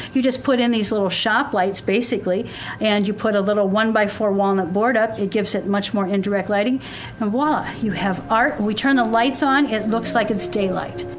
you just put in these little sharp lights basically and you put a little one by four walnut board up, it gives it much more indirect lighting and voila, you have art. when we turn the lights on, it looks like it's daylight.